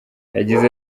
yagize